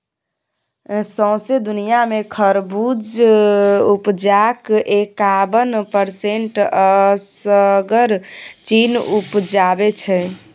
सौंसे दुनियाँ मे खरबुज उपजाक एकाबन परसेंट असगर चीन उपजाबै छै